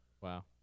Wow